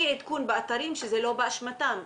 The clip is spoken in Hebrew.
אי עדכון באתרים שזה לא באשמתם.